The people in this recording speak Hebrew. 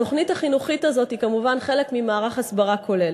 התוכנית החינוכית הזאת היא כמובן חלק ממערך הסברה כולל.